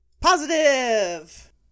Positive